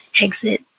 exit